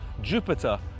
Jupiter